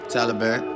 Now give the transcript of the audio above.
Taliban